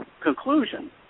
conclusion